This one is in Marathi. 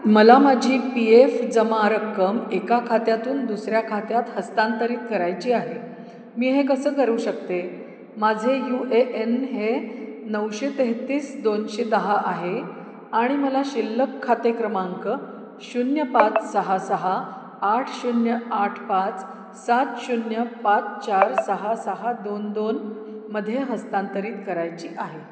मला माझी पी एफ जमा रक्कम एका खात्यातून दुसऱ्या खात्यात हस्तांतरित करायची आहे मी हे कसं करू शकते माझे यू ए एन हे नऊशे तेहतीस दोनशे दहा आहे आणि मला शिल्लक खाते क्रमांक शून्य पाच सहा सहा आठ शून्य आठ पाच सात शून्य पाच चार सहा सहा दोन दोन मध्ये हस्तांतरित करायची आहे